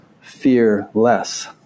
Fearless